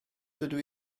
dydw